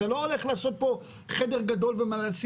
אתה לא הולך לעשות פה חדר גדול ולשים